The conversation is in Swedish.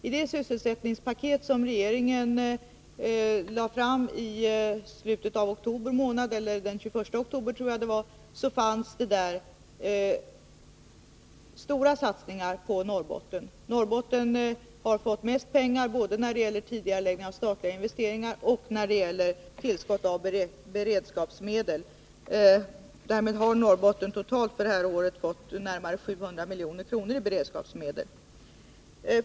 I det sysselsättningspaket som regeringen lade fram i slutet av oktober månad — den 21 oktober tror jag att det var — fanns stora satsningar på Norrbotten. Norrbotten har fått mest pengar både när det gäller tidigareläggande av statliga investeringar och när det gäller tillskott av beredskapsmedel. Därmed har Norrbotten totalt för det här året. NI 37 fått närmare 700 milj.kr. i beredskapsmedel.